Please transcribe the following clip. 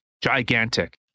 gigantic